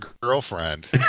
girlfriend